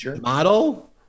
model